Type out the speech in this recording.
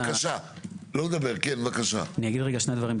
אני אגיד רגע שני דברים,